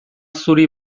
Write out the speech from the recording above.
zuri